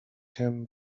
him